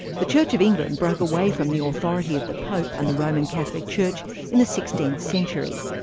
the church of england broke away from the authority of the pope and the roman catholic church in the sixteenth century.